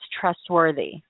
trustworthy